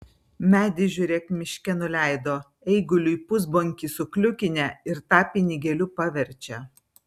medį žiūrėk miške nuleido eiguliui pusbonkį sukliukinę ir tą pinigėliu paverčia